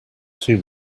two